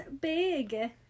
big